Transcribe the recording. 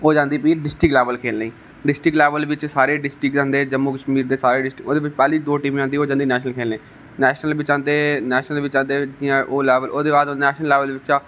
फ्ही आई जंदी डिस्ट्रिक्टड लेबल बिच सारे डिस्ट्रिक्ट जंदे जम्मू कशमीर दे सारे डिस्ट्रिक्ट औंदियां जो जितदी ओह् जंदी नेशनल खेलने गी नेशनल बिच आंदे ओह् लेबल फ्ही आंदे